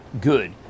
good